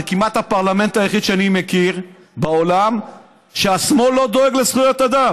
זה כמעט הפרלמנט היחיד שאני מכיר בעולם שהשמאל לא דואג בו לזכויות אדם.